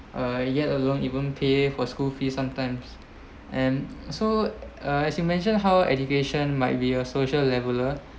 uh yet along even pay for school fee sometimes and so uh as you mentioned how education might be a social leveller